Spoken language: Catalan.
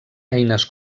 eines